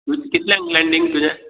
कितल्यांक लँडींग तुजें